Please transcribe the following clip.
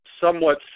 somewhat